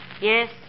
Yes